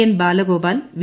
N Balagopal V